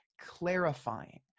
clarifying